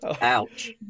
ouch